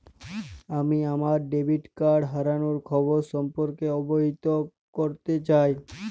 আমি আমার debit card হারানোর খবর সম্পর্কে অবহিত করতে চাই